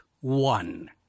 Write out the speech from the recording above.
one